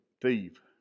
thief